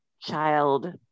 child